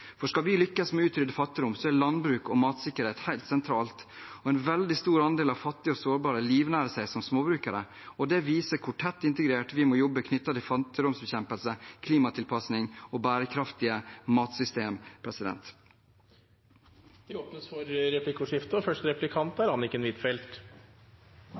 2020. Skal vi lykkes med å utrydde fattigdom, er landbruk og matsikkerhet helt sentralt. En veldig stor andel av fattige og sårbare livnærer seg som småbrukere. Det viser hvor tett integrert vi må jobbe knyttet til fattigdomsbekjempelse, klimatilpasning og bærekraftige matsystem. Det blir replikkordskifte.